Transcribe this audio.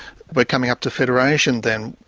but coming up to federation then.